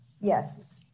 Yes